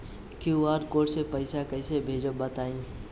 QR code से पईसा कईसे भेजब बताई?